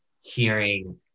hearing